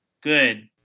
Good